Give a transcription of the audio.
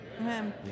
Amen